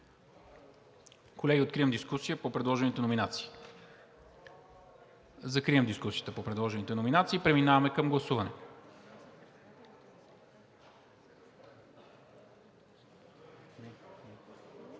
Колеги, откривам дискусията по предложените номинации. Закривам дискусията по предложените номинации. Преминаваме към гласуване.